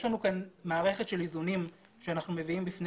יש לנו כאן מערכת של איזונים שאנחנו מביאים בפני